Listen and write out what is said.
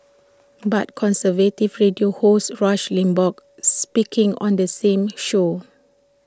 but conservative radio host rush Limbaugh speaking on the same show